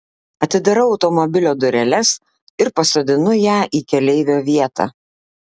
atidarau automobilio dureles ir pasodinu ją į keleivio vietą